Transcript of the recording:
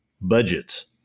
budgets